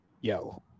yo